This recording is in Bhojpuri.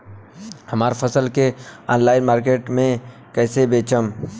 हमार फसल के ऑनलाइन मार्केट मे कैसे बेचम?